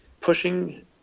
pushing